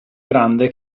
grande